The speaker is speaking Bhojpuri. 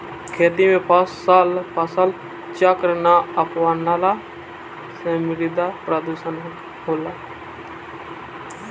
खेती में फसल चक्र ना अपनवला से मृदा प्रदुषण होला